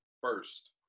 first